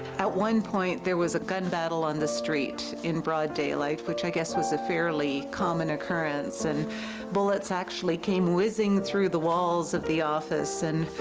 at one point there was a gun battle on the street, in broad daylight, which i guess was a fairly common occurrence and bullets actually came whizzing through the walls at the office and